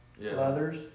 leathers